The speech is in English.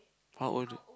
how old